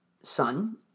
son